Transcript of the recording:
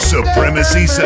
Supremacy